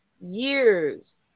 years